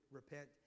repent